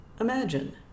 imagine